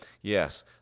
yes